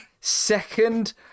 second